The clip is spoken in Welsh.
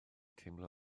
teimlo